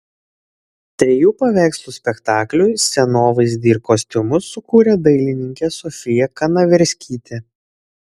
trijų paveikslų spektakliui scenovaizdį ir kostiumus sukūrė dailininkė sofija kanaverskytė